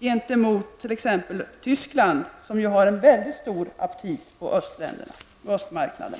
gentemot t.ex. Tyskland, som ju har väldigt stor aptit på östmarknaderna?